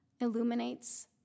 illuminates